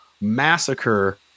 massacre